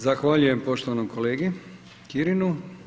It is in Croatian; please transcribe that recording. Zahvaljujem poštovanom kolegi Kirinu.